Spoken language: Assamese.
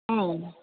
অ